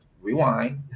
rewind